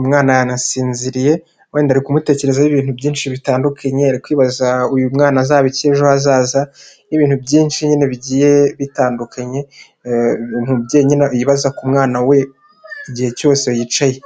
umwana yanasinziriye wenda ari kumutekerezaho ibintu byinshi bitandukanye ari kwibaza uyu mwana azabiki ejo hazaza, n'ibintu byinshi nyine bigiye bitandukanye umubyeyi yibaza ku mwana we igihe cyose yicaye.